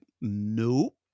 Nope